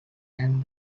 and